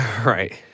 Right